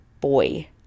boy